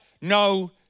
no